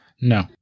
No